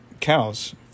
cows